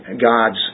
God's